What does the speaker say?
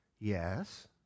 Yes